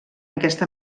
aquesta